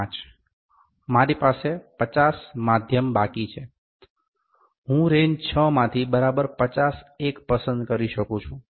5 મારી પાસે 50 માધ્યમ બાકી છે હું રેન્જ 6 માંથી બરાબર 50 એક પસંદ કરી શકું છું